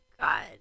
god